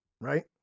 right